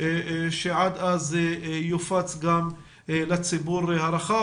שעד אז יופץ לציבור הרחב.